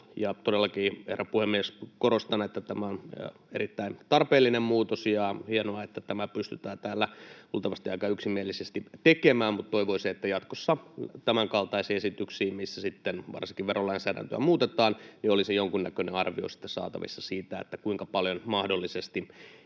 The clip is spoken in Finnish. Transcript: Todellakin, herra puhemies, korostan, että tämä on erittäin tarpeellinen muutos ja on hienoa, että tämä pystytään täällä luultavasti aika yksimielisesti tekemään. Mutta toivoisin, että jatkossa tämänkaltaisiin esityksiin, missä varsinkin verolainsäädäntöä muutetaan, olisi saatavissa sitten jonkunnäköinen arvio siitä, kuinka paljon nämä muutokset